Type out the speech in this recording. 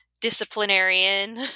disciplinarian